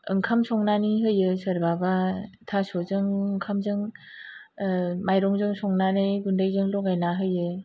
ओंखाम संनानै होयो सोरबा बा थास'जों ओंखामजों माइरंजों संनानै गुन्दैजों लगायना होयो